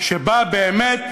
שבה באמת